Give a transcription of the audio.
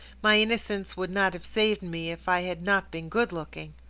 my innocence would not have saved me if i had not been good-looking.